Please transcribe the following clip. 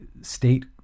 state